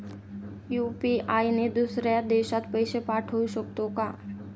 UPI ने दुसऱ्या देशात पैसे पाठवू शकतो का?